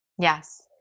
Yes